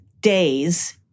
days